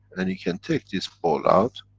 and you can take this ball out,